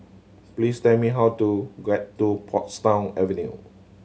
please tell me how to get to Portsdown Avenue